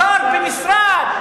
שר במשרד,